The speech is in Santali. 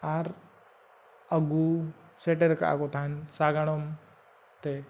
ᱟᱨ ᱟᱹᱜᱩ ᱥᱮᱴᱮᱨ ᱠᱟᱜ ᱠᱚ ᱛᱟᱦᱮᱱ ᱥᱟᱸᱜᱟᱲᱚᱢᱛᱮ